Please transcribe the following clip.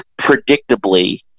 predictably